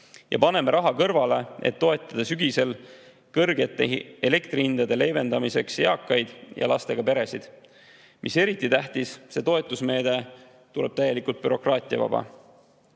me paneme raha kõrvale, et toetada sügisel kõrgete elektrihindade leevendamiseks eakaid ja lastega peresid. Mis eriti tähtis, see toetusmeede tuleb täielikult bürokraatiavaba. Kolmandaks: